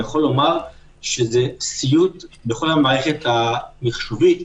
אני רוצה לומר שזה סיוט כל המערכת המחשובית.